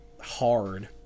hard